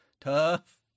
tough